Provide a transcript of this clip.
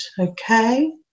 okay